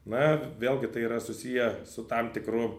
na vėlgi tai yra susiję su tam tikru